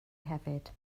hefyd